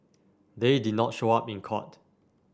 they did not show up in court